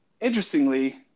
interestingly